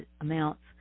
amounts